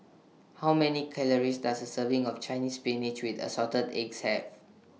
How Many Calories Does A Serving of Chinese Spinach with Assorted Eggs Have